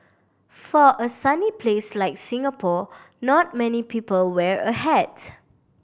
for a sunny place like Singapore not many people wear a hat